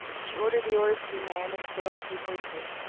she ordered the oars to be manned and the sails to be hoisted,